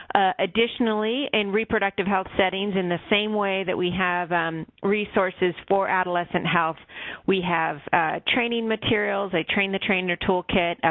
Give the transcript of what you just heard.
additionally, in reproductive health settings in the same way that we have um resources for adolescent health we have training materials, a train-the-trainer toolkit,